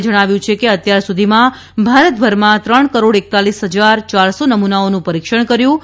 એ જણાવ્યુ છે કે અત્યાર સુધીમાં ભારતભરમાં ત્રણ કરોડ એકતાલીસ હજાર અને ચારસો નમૂનાઓનું પરીક્ષણ કર્યું છે